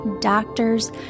doctors